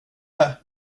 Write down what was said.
det